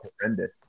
horrendous